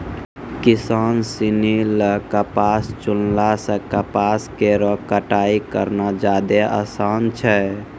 किसान सिनी ल कपास चुनला सें कपास केरो कटाई करना जादे आसान छै